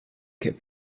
could